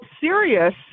serious